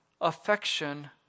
affection